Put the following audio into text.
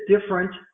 different